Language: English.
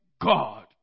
God